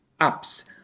apps